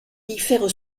diffère